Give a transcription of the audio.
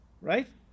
right